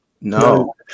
No